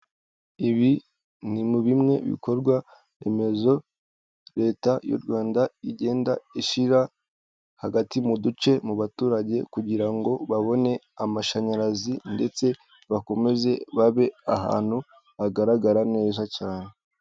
Ibi ni muri bimwe mu bikorwaremezo leta y'u Rwanda igenda ishyira hagati mu duce mu baturage kugira ngo babone amashanyarazi ndetse bakomeze babe ahantu hagaragara neza cyane.